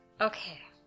okay